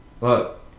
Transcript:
Look